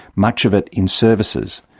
much of it in services.